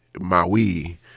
Maui